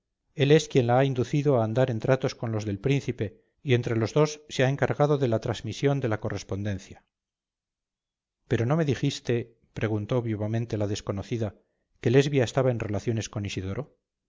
él es quien la ha inducido a andar en tratos con los del príncipe y entre los dos se han encargado de la trasmisión de la correspondencia pero no me dijiste preguntó vivamente la desconocida que lesbia estaba en relaciones con isidoro